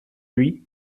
lui